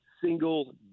single